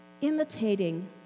imitating